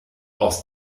aus